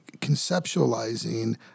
conceptualizing